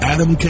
Adam